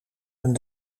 een